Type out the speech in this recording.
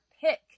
pick